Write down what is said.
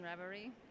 Reverie